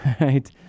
right